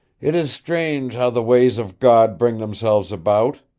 it is strange how the ways of god bring themselves about,